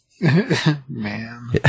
Man